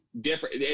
different